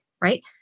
Right